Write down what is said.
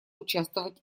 участвовать